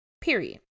Period